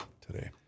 today